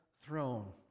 throne